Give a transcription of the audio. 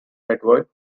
edward